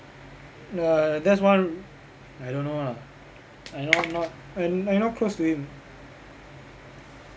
the that's one I don't know lah I not not I I not close to him